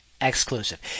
exclusive